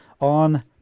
on